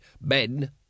Ben